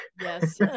yes